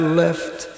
left